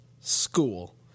School